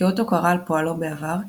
כאות הוקרה על פועלו בעבר,